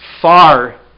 far